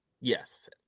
yes